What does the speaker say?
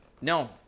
No